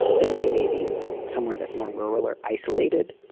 then they may be somewhere that's more rural or isolated.